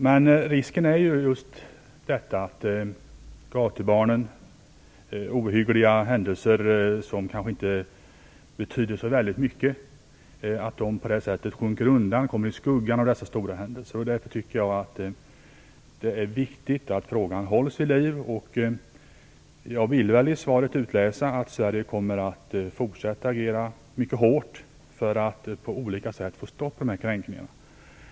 Men risken är just detta att ohyggliga händelser för gatubarnen kanske inte betyder så väldigt mycket, eftersom de sjunker undan och kommer i skuggan av dessa stora händelser. Därför tycker jag att det är viktigt att frågan hålls vid liv. Jag vill i svaret utläsa att Sverige kommer att fortsätta att agera mycket hårt för att på olika sätt få stopp på kränkningarna.